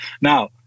Now